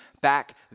back